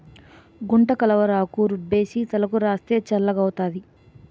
గుంటకలవరాకు రుబ్బేసి తలకు రాస్తే చల్లగౌతాది